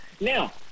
now